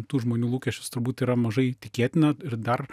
tų žmonių lūkesčius turbūt yra mažai tikėtina ir dar